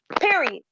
Period